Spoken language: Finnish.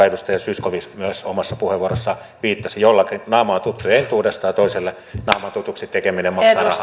edustaja zyskowicz myös omassa puheenvuorossaan viittasi jollakin naama on tuttu entuudestaan ja toiselle naaman tutuksi tekeminen